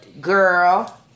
girl